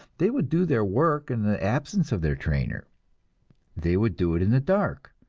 they would do their work in the absence of their trainer they would do it in the dark,